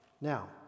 Now